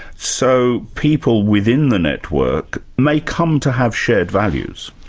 so people within the network may come to have shared values?